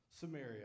Samaria